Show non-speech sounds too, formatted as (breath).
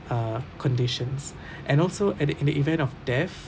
uh conditions (breath) and also at the in the event of death